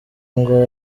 ngo